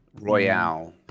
Royale